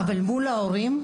אבל מול ההורים,